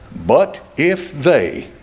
but if they